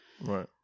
right